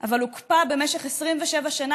אבל הוקפא במשך 27 שנה,